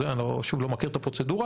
אני, שוב, לא מכיר את הפרוצדורה.